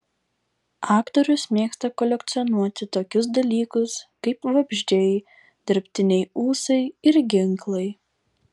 aktorius mėgsta kolekcionuoti tokius dalykus kaip vabzdžiai dirbtiniai ūsai ir ginklai